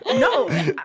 No